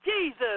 Jesus